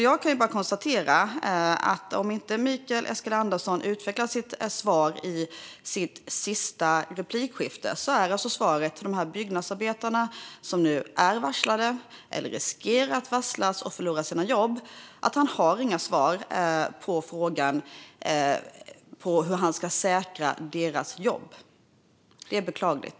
Jag kan bara konstatera att om Mikael Eskilandersson inte utvecklar sitt svar i nästa replik blir svaret till de byggnadsarbetare som nu är varslade eller riskerar att varslas och förlora sina jobb att han inte har några svar på frågan hur han ska säkra deras jobb. Detta är beklagligt.